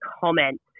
comment